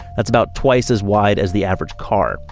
that's about twice as wide as the average car.